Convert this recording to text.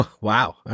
Wow